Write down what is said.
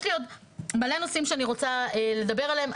יש לי עוד מלא נושאים שאני רוצה לדבר עליהם.